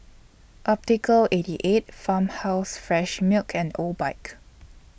Optical eighty eight Farmhouse Fresh Milk and Obike